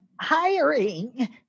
hiring